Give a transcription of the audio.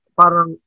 parang